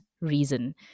reason